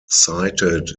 cited